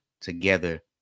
together